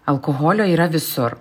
alkoholio yra visur